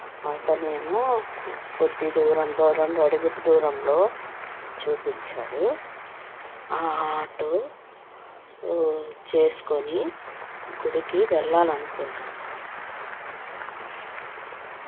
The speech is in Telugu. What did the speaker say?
అతనేమో కొ కొద్ది దూరంలో రెండు అడుగుల దూరంలో చూపించాడు ఆ ఆటో చేసుకొని గుడికి వెళ్ళాలనుకున్నాను